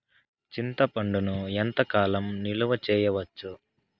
చింతపండును ఎంత కాలం నిలువ చేయవచ్చు?